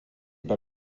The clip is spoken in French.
par